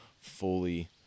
fully